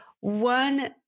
one